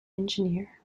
engineer